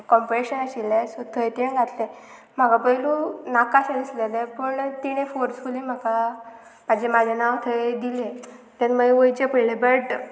competition आशिल्लें सो थंय तेणें घातलें म्हाका पयलू नाका सायसलेलें पूण तिणें फोर्सफुली म्हाका म्हाजें म्हाजें नांव थंय दिलें तेन्ना मागीर वयचें पडलें बट